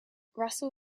russell